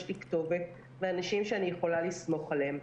לי כתובת ואנשים שאני יכולה לסמוך עליהם.